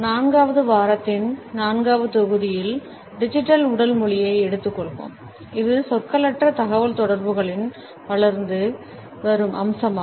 நான்காவது வாரத்தின் நான்காவது தொகுதியில் டிஜிட்டல் உடல் மொழியை எடுத்துக்கொள்வோம் இது சொற்களற்ற தகவல்தொடர்புகளின் வளர்ந்து வரும் அம்சமாகும்